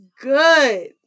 good